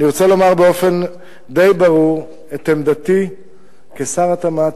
באופן די ברור את עמדתי כשר התמ"ת,